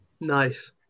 Nice